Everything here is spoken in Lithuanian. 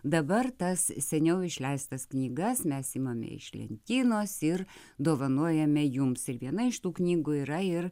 dabar tas seniau išleistas knygas mes imame iš lentynos ir dovanojame jums ir viena iš tų knygų yra ir